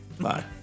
Bye